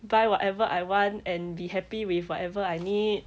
buy whatever I want and be happy with whatever I need